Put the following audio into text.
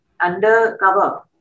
undercover